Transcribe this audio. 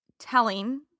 Telling